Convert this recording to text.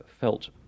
felt